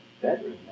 bedroom